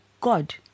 God